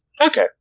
Okay